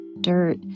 dirt